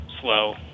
slow